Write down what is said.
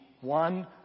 one